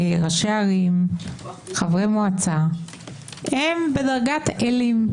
ראשי ערים, חברי מועצה הם בדרגת אלים.